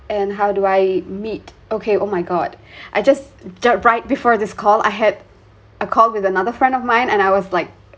and how do I meet okay oh my god I just just right before this call I had a call with another friend of mine and I was like